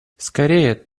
скорее